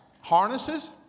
Harnesses